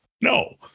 No